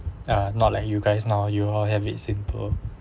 uh not like you guys now you all have it simple